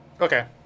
Okay